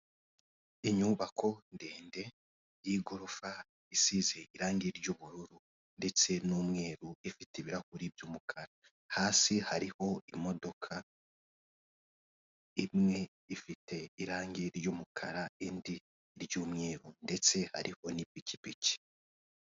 Inyubako ndende y'igorofa isize irangi ry'ubururu ndetse n'umweru ifite ibirahuri by'umukara, hasi hariho imodoka imwe ifite irangi ry'umukara indi iry'umweru ndetse hariho n'ipikipiki.